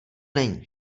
není